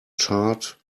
chart